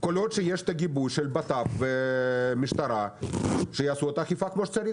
כל עוד שיש את הגיבוי של בט"פ ומשטרה שיעשו את האכיפה כמו שצריך.